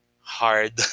hard